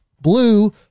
Blue